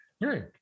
Right